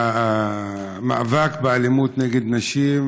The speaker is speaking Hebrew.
המאבק באלימות נגד נשים,